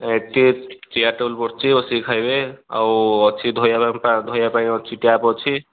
ଏଠି chair table ପଡ଼ିଛି ବସିକି ଖାଇବେ ଆଉ ଅଛି ଧୋଇବା ପାଇଁ ଧୋଇବା ପାଇଁ ଟ୍ୟାପ୍ ଅଛି